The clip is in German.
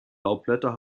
laubblätter